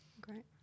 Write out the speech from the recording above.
great